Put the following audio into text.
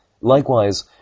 Likewise